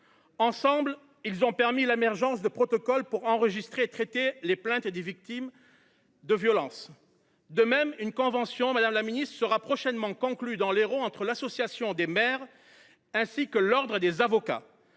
Ensemble, ils ont permis l’émergence de protocoles pour enregistrer et traiter les plaintes des victimes de violences. De même, madame la ministre, une convention sera prochainement conclue entre l’association des maires et l’ordre des avocats.